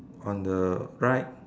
on the right